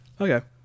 Okay